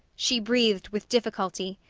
she breathed with difficulty.